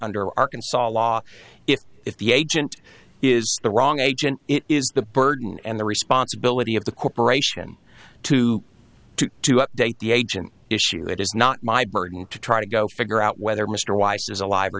under arkansas law if the agent is the wrong agent it is the burden and the responsibility of the corporation to do to update the agent issue it is not my burden to try to go figure out whether mr weiss is alive or